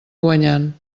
guanyant